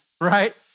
right